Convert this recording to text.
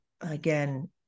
again